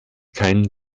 kein